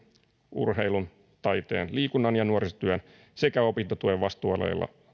urheilun taiteen liikunnan ja nuorisotyön sekä opintotuen vastuualueilla